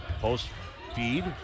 Post-feed